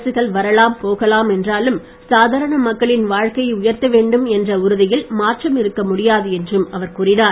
அரசுகள் வரலாம் போகலாம் என்றாலும் சாதாரண மக்களின் வாழ்க்கையை உயர்த்த வேண்டும் என்ற உறுதியில் மாற்றம் இருக்க முடியாது என்றும் அவர் கூறினார்